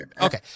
Okay